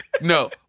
No